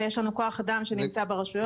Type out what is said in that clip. ויש לנו כוח אדם שנמצא ברשויות.